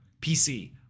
PC